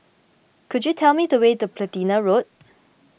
could you tell me the way to Platina Road